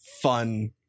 fun